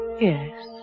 Yes